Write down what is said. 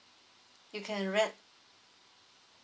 you can rent